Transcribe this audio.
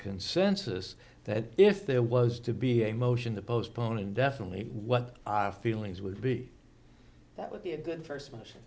consensus that if there was to be a motion the postponing definitely what our feelings would be that would be a good first